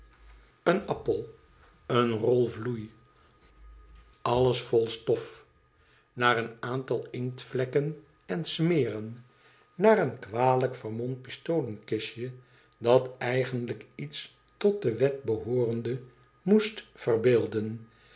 een appel eene rol vloei alles vol stof nanreéh aantal inktvlekken en smeren naar een kwalijk vermomd pistolenkistje dat eigenlijk iets tot de wet behoorende moest verbeelden